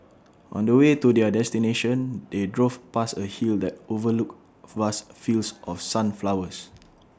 on the way to their destination they drove past A hill that overlooked vast fields of sunflowers